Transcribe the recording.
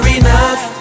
enough